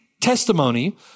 testimony